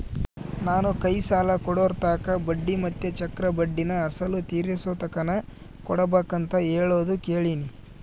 ನಾನು ಕೈ ಸಾಲ ಕೊಡೋರ್ತಾಕ ಬಡ್ಡಿ ಮತ್ತೆ ಚಕ್ರಬಡ್ಡಿನ ಅಸಲು ತೀರಿಸೋತಕನ ಕೊಡಬಕಂತ ಹೇಳೋದು ಕೇಳಿನಿ